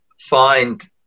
find